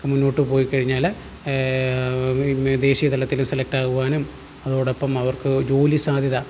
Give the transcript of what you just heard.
ഒക്കെ മുന്നോട്ട് പോയി കഴിഞ്ഞാല് ദേശീയതലത്തില് സെലക്റ്റ് ആകുവാനും അതോടൊപ്പം അവർക്ക് ജോലി സാധ്യത